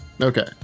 Okay